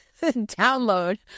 download